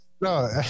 No